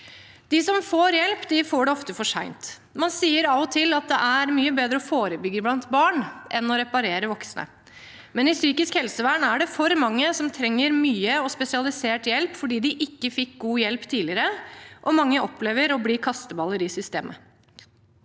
De som får hjelp, de får det ofte for sent. Man sier av og til at det er mye bedre å forebygge blant barn enn å reparere voksne, men i psykisk helsevern er det for mange som trenger mye og spesialisert hjelp fordi de ikke fikk god hjelp tidligere, og mange opplever å bli kasteballer i systemet.